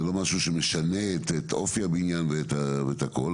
זה לא משהו שמשנה את אופי הבניין ואת הכול,